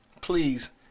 Please